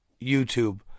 YouTube